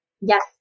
yes